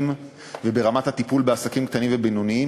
וברמת הטיפול בעסקים קטנים ובינוניים.